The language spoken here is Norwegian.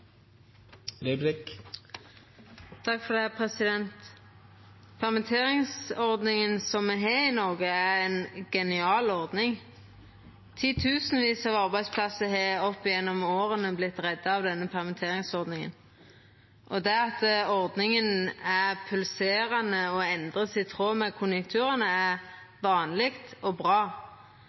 når det er nødvendig. Permitteringsordninga som me har i Noreg, er ei genial ordning. Titusenvis av arbeidsplassar har opp gjennom åra vorte redda av denne permitteringsordninga. Det at ordninga er pulserande og vert endra i tråd med konjunkturane, er vanleg og bra.